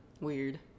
Weird